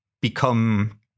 become